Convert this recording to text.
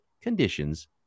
conditions